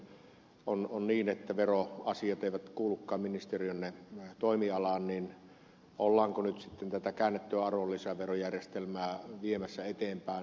vaikka nyt sitten on niin että veroasiat eivät kuulukaan ministeriönne toimialaan niin ollaanko nyt sitten tätä käännettyä arvonlisäverojärjestelmää viemässä eteenpäin vai ei